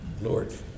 Lord